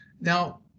Now